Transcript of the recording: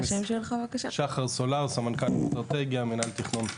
שחר סולר, סמנכ"ל אסטרטגיה, מינהל התכנון.